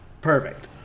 perfect